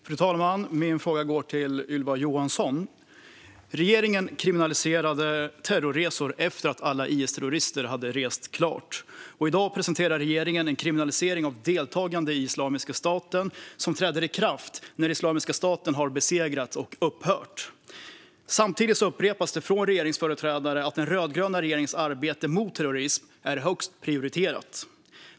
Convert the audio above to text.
Fru talman! Min fråga går till Ylva Johansson. Regeringen kriminaliserade terrorresor efter att alla IS-terrorister hade rest klart. I dag presenterar regeringen en kriminalisering av deltagande i Islamiska staten, som träder i kraft när staten har besegrats och upphört. Samtidigt upprepas från regeringsföreträdare att den rödgröna regeringens arbete mot terrorism är högst prioriterat.